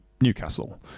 Newcastle